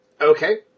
Okay